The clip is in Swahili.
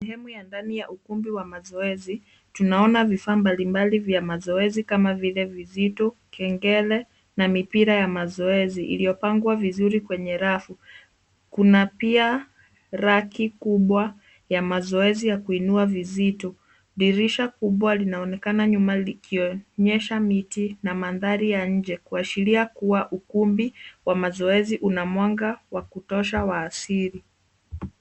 Sehemu ya ndani wa ukumbi wa mazoezi. Tunaona vifaa mbali mbali vya mazoezi kama vile vizito, kengele, na mipira ya mazoezi iliyopangwa vizuri kwenye rafu. Kuna pia raki kubwa ya mazoezi ya kuinua uzito. Dirisha kubwa inaonekana nyuma likionyesha miti na mandhari ya nje kuashiria kuwa ukumbi wa mazoezi una mwanga wa kutosha wa asili.